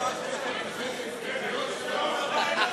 לשמוע.